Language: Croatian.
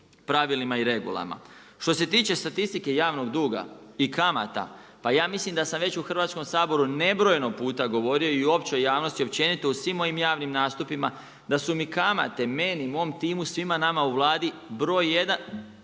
pravilima i regulama. Što se tiče statistike javnog duga i kamata, pa ja mislim da sam već u Hrvatskom saboru nebrojeno puta govorio i o općoj javnosti općenito u svim mojim javnim nastupima da su mi kamate meni i mom timu, svima nama u Vladi broj jedan,